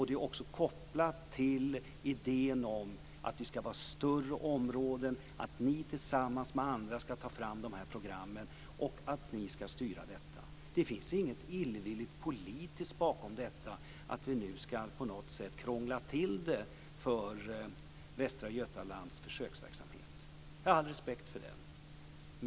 Det är också kopplat till idén om att det ska vara större områden, att ni tillsammans med andra ska ta fram de här programmen och att ni ska styra detta. Det finns inget illvilligt politiskt bakom detta, att vi nu på något sätt ska krångla till det för Västra Götalands försöksverksamhet. Jag har all respekt för den.